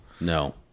No